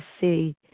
see